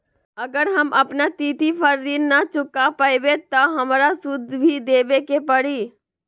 अगर हम अपना तिथि पर ऋण न चुका पायेबे त हमरा सूद भी देबे के परि?